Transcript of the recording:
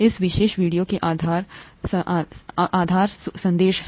इस विशेष वीडियो में आधार सूचना आधार संदेश है